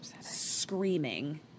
screaming